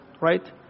Right